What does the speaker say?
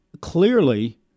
clearly